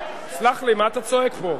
סלח לי, מה אתה צועק פה?